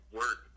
work